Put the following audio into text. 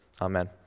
Amen